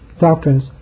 doctrines